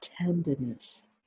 tenderness